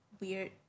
weird